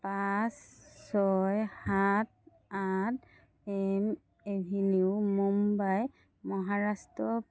পাঁচ ছয় সাত আঠ এল্ম এভিনিউ মুম্বাই মহাৰাষ্ট্ৰ